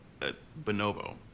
bonobo